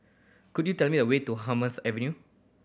could you tell me the way to Hummers Avenue